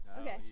Okay